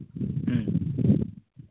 ᱦᱩᱸ